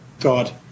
God